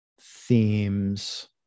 themes